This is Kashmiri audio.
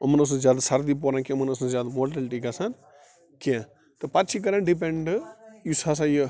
یِمن اوس نہٕ زیادٕ سردی پوران کیٚنٛہہ یِمن ٲس نہٕ زیادٕ موٹلٹی گَژھان کیٚنٛہہ تہٕ پتہٕ چھِ یہِ کَران ڈِپینٛڈ یُس ہَسا یہِ